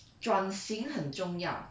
专心很重要